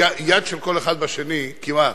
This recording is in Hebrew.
יד של כל אחד בשני, כמעט,